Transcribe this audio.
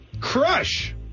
Crush